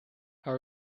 how